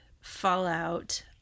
fallout